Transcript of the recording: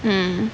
mm